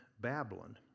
Babylon